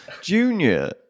Junior